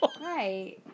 Right